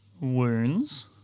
wounds